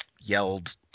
yelled